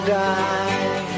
die